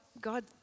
God